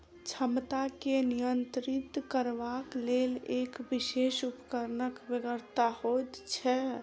क्षमता के नियंत्रित करबाक लेल एक विशेष उपकरणक बेगरता होइत छै